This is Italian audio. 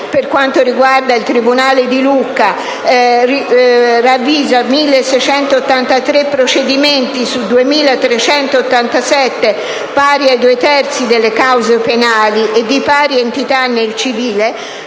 per quanto riguarda il tribunale di Lucca, ravvisa 1.683 procedimenti su 2.387, pari ai due terzi delle cause penali, e di pari entità nel civile,